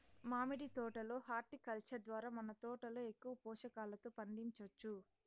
మామిడి తోట లో హార్టికల్చర్ ద్వారా మన తోటలో ఎక్కువ పోషకాలతో పండించొచ్చు